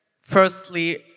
firstly